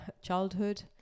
childhood